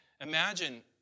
imagine